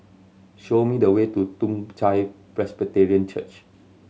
show me the way to Toong Chai Presbyterian Church